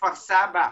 בכפר סבא,